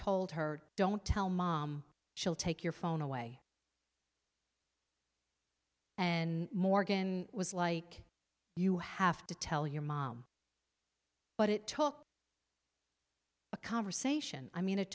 told her don't tell mom she'll take your phone away and morgan was like you have to tell your mom but it took a conversation i mean it